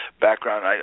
background